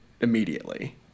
immediately